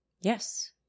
Yes